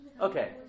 Okay